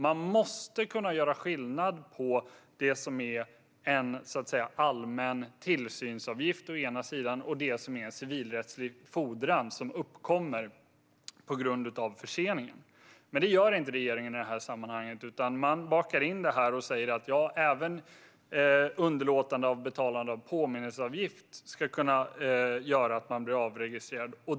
Man måste kunna göra skillnad på det som är en allmän tillsynsavgift å ena sidan och det som är en civilrättslig fordran som uppkommer på grund av förseningen å den andra. Det gör dock inte regeringen i det här sammanhanget, utan man bakar in detta och säger att även underlåtande av betalande av påminnelseavgift ska kunna göra att man blir avregistrerad.